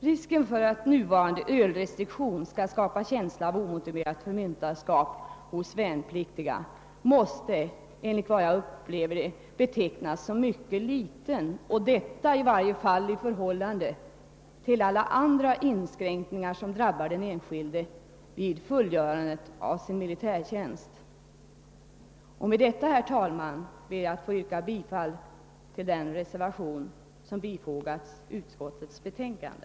Ris ken för att nuvarande ölrestriktioner skall skapa känsla av omotiverat förmynderskap hos värnpliktiga måste, såsom jag upplever det, betecknas som mycket liten, i varje fall i förhållande till alla andra inskränkningar som drabbar den enskilde vid fullgörandet av militärtjänstgöringen. Med det anförda ber jag, herr talman, att få yrka bifall till den reservation som fogats till utskottets betänkande.